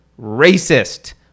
racist